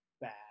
bad